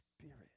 Spirit